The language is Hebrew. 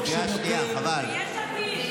אני יוצאת.